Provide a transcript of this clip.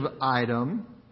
item